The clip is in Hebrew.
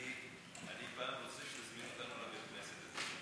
אני רוצה שפעם תזמין אותנו לבית-הכנסת הזה,